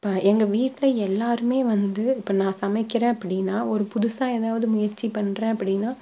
இப்போ எங்கள் வீட்டில் எல்லோருமே வந்து இப்போ நான் சமைக்கிறேன் அப்படின்னா ஒரு புதுசாக ஏதாவது முயற்சி பண்றேன் அப்படின்னா